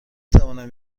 توانم